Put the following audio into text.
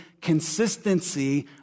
consistency